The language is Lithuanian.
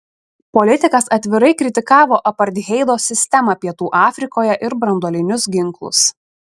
politikas atvirai kritikavo apartheido sistemą pietų afrikoje ir branduolinius ginklus